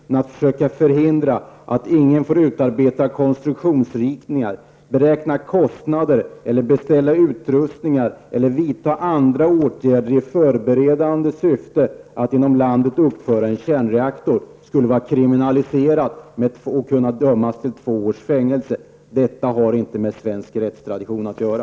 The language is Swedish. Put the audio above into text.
Men att man försöker förhindra att någon får utarbeta konstruktionsritningar, beräkna kostnader, beställa utrustningar eller vidta andra åtgärder i förberedande syfte för att inom landet uppföra en kärnreaktor och att detta skulle vara kriminellt och kunna leda till två års fängelse har inte med svensk rättstradition att göra.